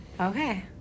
okay